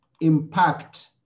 Impact